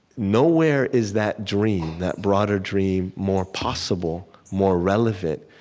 nowhere is that dream, that broader dream, more possible, more relevant,